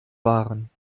waren